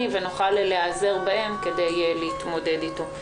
ונוכל להיעזר בהם כדי להתמודד איתו.